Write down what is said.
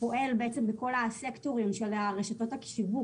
פועל בכל הסקטורים של רשתות השיווק,